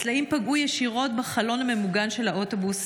הסלעים פגעו ישירות בחלון הממוגן של האוטובוס,